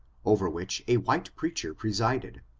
over which a white preacher presided.